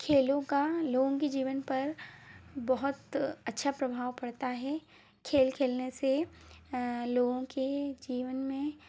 खेलों का लोगों की जीवन पर बहुत अच्छा प्रभाव पड़ता है खेल खेलने से लोगों के जीवन में